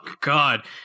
god